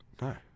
No